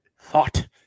Thought